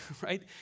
right